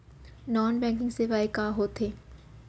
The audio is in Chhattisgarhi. नॉन बैंकिंग सेवाएं का होथे?